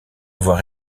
avoir